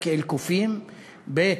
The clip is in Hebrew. כאל קופים, ב.